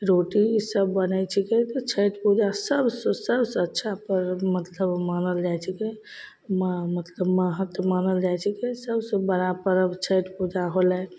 रोटी ईसब बनै छिकै तऽ छठि पूजा सबसे सबसे अच्छा परब मतलब मानल जाइ छिकै माँ मतलब महत मानल जाइ छिकै सबसे बड़ा परब छठि पूजा होलै